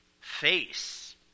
face